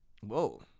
Whoa